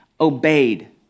obeyed